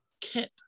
Kip